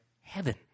heaven